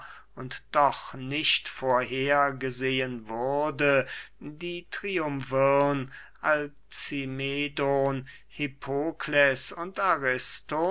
und doch nicht vorher gesehen wurde die triumvirn alcimedon hippokles und